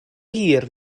hir